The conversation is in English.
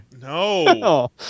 no